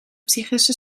psychische